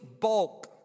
bulk